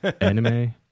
Anime